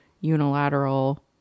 unilateral